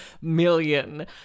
million